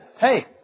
Hey